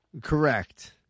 correct